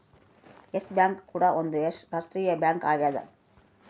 S Bank ಕೂಡ ಒಂದ್ ರಾಷ್ಟ್ರೀಯ ಬ್ಯಾಂಕ್ ಆಗ್ಯದ